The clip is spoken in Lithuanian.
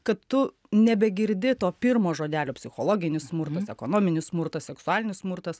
kad tu nebegirdi to pirmo žodelio psichologinis smurtas ekonominis smurtas seksualinis smurtas